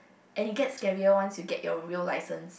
and it gets scarier once you get your real license